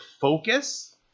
focus